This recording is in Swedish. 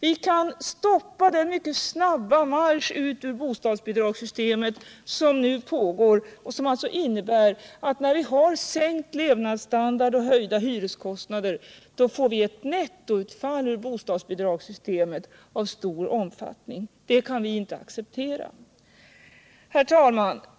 Vi måste stoppa den mycket snabba marsch ut ur bostadsbidragssystemet som nu pågår och som innebär att vi samtidigt som levnadsstandarden sänks och hyreskostnader höjs får ett nettoutfall i bostadsbidragssystemet av stor omfattning. Det kan vi inte acceptera! Herr talman!